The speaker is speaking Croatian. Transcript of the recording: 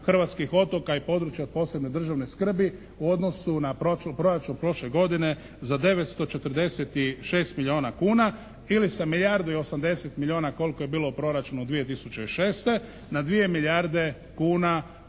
hrvatskih otoka i područja od posebne državne skrbi u odnosu na proračun prošle godine za 946 milijuna kuna ili sa milijardu i 80 milijuna koliko je bilo u proračunu 2006. na 2 milijarde kuna